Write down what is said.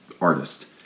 artist